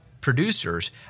producers